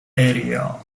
area